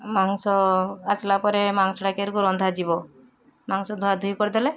ମାଂସ ଆସିଲା ପରେ ମାଂସଟା ରନ୍ଧା ଯିବ ମାଂସ ଧୁଆଧୁଇ କରିଦେଲେ